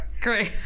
Great